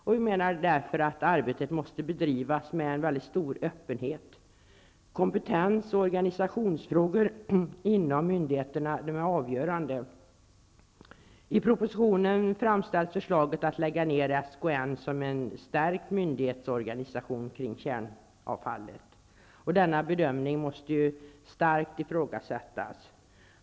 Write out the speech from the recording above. Därför måste det här arbetet bedrivas med väldigt stor öppenhet. Kompetens och organisationsfrågor inom myndigheterna är avgörande. SKN som en stärkt myndighetsorganisation kring kärnavfallet. Denna bedömning måste starkt ifrågasättas.